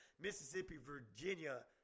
Mississippi-Virginia